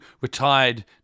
retired